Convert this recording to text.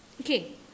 okay